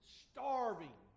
starving